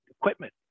equipment